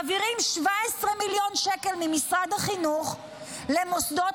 מעבירים 17 מיליון שקל ממשרד החינוך למוסדות